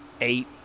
eight